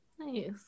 Nice